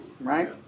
right